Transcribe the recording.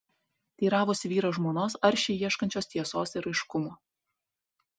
teiravosi vyras žmonos aršiai ieškančios tiesos ir aiškumo